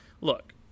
look